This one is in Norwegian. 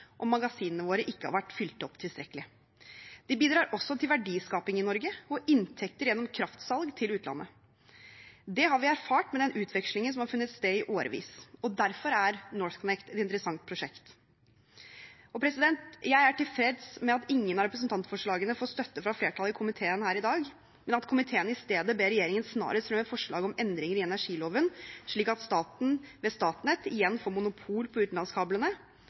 og magasinene våre ikke har vært fylt opp tilstrekkelig. Det bidrar også til verdiskaping i Norge og inntekter gjennom kraftsalg til utlandet. Det har vi erfart med den utvekslingen som har funnet sted i årevis. Derfor er NorthConnect et interessant prosjekt. Jeg er tilfreds med at ingen av representantforslagene får støtte fra flertallet i komiteen her i dag, men at komiteen i stedet ber regjeringen snarest fremme forslag om endringer i energiloven, slik at staten, ved Statnett, igjen får monopol på utenlandskablene.